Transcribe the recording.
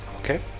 okay